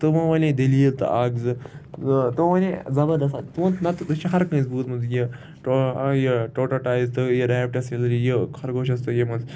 تِمو وَنے دٔلیٖل تہٕ اَکھ زٕ تہٕ تِمو وَنے زَبردَس تُہُنٛد نَتہٕ چھُ ہر کٲنٛسہِ بوٗزمُت یہِ ٹو یہِ ٹوٹَاٹایِز تہٕ یہِ ریپٹَس یہِ خرگوشَس تہٕ یہِ مَنٛز